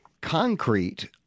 concrete